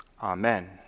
Amen